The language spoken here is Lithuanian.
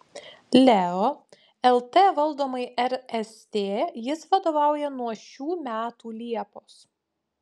leo lt valdomai rst jis vadovauja nuo šių metų liepos